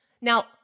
Now